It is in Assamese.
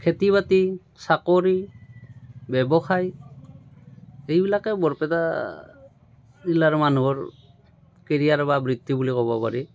খেতি বাতি চাকৰি ব্যৱসায় এইবিলাকে বৰপেটা জিলাৰ মানুহৰ কেৰিয়াৰ বা বৃত্তি বুলি ক'ব পাৰি